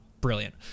brilliant